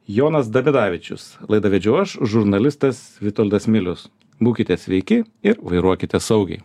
jonas davidavičius laidą vedžiau aš žurnalistas vitoldas milius būkite sveiki ir vairuokite saugiai